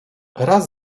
raz